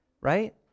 right